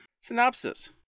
Synopsis